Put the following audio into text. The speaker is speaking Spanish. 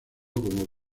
como